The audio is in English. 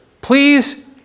Please